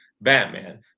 Batman